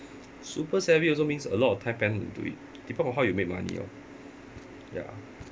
super savvy also means a lot of time planning into it depend on how you make money lor ya